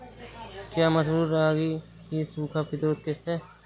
क्या मसूर रागी की सूखा प्रतिरोध किश्त है?